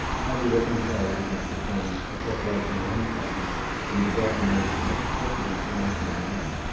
how do reconcile the difference between the cooperation one side and the development of you know protected information on the other?